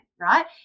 right